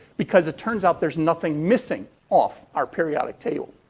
because, it turns out, there's nothing missing off our periodic table.